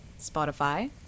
Spotify